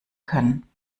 können